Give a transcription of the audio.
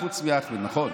חוץ מאחמד, נכון.